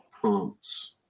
prompts